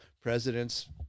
president's